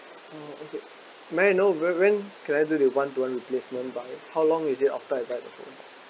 uh okay may I know when when can I do the one to one replacement by how long is it after I buy the phone